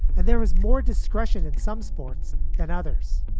and there is more discretion in some sports than others